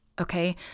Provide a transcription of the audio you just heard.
okay